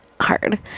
hard